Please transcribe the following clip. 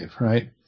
right